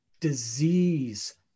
disease